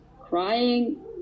Crying